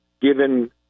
given